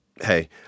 hey